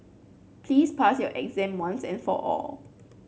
please pass your exam once and for all